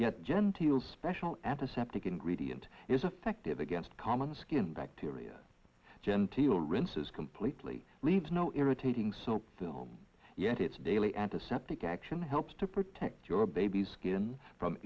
yet genteel special antiseptic ingredient is affective against common skin bacteria genteel rinses completely leaves no irritating so film yet its daily antiseptic action helps to protect your baby's skin from